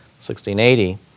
1680